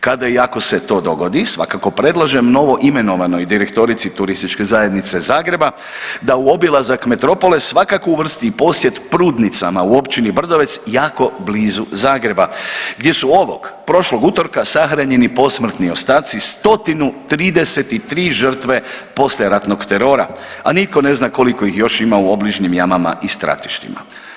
Kada i ako se to dogodi svakako predlažem novoimenovanoj direktorici Turističke zajednice Zagreba, da u obilazak metropole svakako uvrsti i posjet Prudnicama u općini Brdovac jako blizu Zagreba gdje su ovog, prošlog utorka sahranjeni posmrtni ostaci 133 žrtve poslijeratnog terora, a nitko ne zna koliko ih još ima u obližnjim jamama i stratištima.